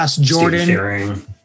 Jordan